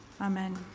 Amen